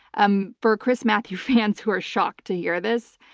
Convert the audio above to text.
um for chris matthews fans who are shocked to hear this,